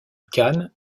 cannes